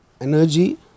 energy